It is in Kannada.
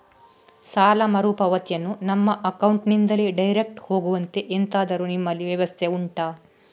ಸಾಲ ಮರುಪಾವತಿಯನ್ನು ನಮ್ಮ ಅಕೌಂಟ್ ನಿಂದಲೇ ಡೈರೆಕ್ಟ್ ಹೋಗುವಂತೆ ಎಂತಾದರು ನಿಮ್ಮಲ್ಲಿ ವ್ಯವಸ್ಥೆ ಉಂಟಾ